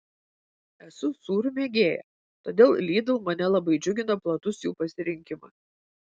esu sūrių mėgėja todėl lidl mane labai džiugina platus jų pasirinkimas